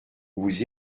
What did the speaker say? vous